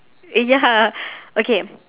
ya okay